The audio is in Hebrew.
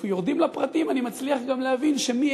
כשיורדים לפרטים אני מצליח גם להבין שמי